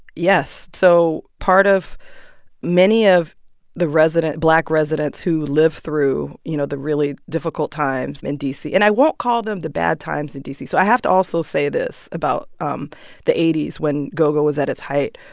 yes. so part of many of the resident black residents who lived through, you know, the really difficult times in d c. and i won't call them the bad times in d c. so i have to also say this about um the zero eight zero s when go-go was at its height.